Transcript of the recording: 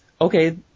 okay